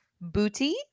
booty